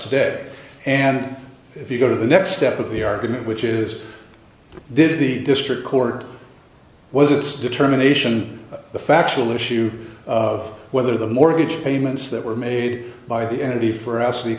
today and if you go to the next step of the argument which is did the district court was its determination the factual issue of whether the mortgage payments that were made by the entity for a